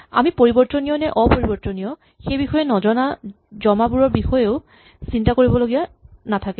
আমি পৰিবৰ্তনীয় নে অপৰিবৰ্তনীয় সেইবিষয়ে নজনা জমাবোৰৰ বিষয়েও চিন্তা কৰিব নালাগে